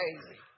crazy